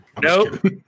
Nope